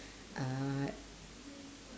uh